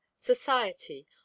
society